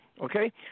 Okay